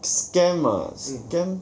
scam ah scam